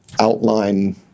outline